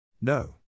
No